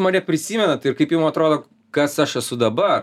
mane prisimenat ir kaip jum atrodo kas aš esu dabar